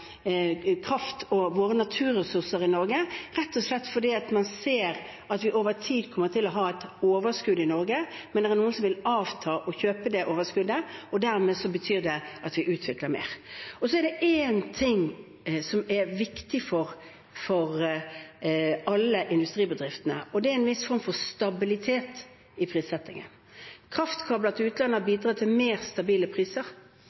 kraft av våre naturressurser i Norge, rett og slett fordi man ser at vi over tid kommer til å ha et overskudd i Norge. Men det er noen som vil avta og kjøpe det overskuddet, og dermed betyr det at vi utvikler mer. Så er det en ting som er viktig for alle industribedrifter, og det er en viss form for stabilitet i prissettingen. Kraftkabler til utlandet har bidratt til mer stabile priser.